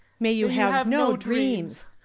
may you have no dreams.